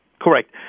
Correct